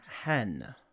Hen